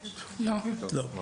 לא.